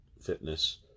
fitness